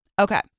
Okay